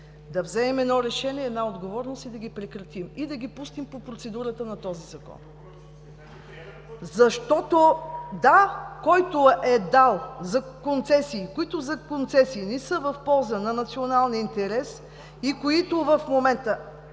да вземем едно решение, отговорност и да ги прекратим, и да ги пуснем по процедурата на този закон, защото който е дал за концесии, които не са в полза на Националния интерес, и които в момента…